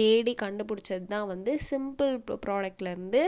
தேடி கண்டுபிடிச்சதுதான் வந்து சிம்புல் புராடெக்ட்லேருந்து